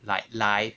like lie